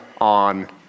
on